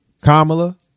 Kamala